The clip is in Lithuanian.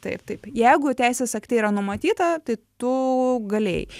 taip taip jeigu teisės akte yra numatyta tai tu galėjai